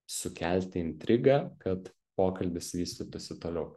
sukelti intrigą kad pokalbis vystytųsi toliau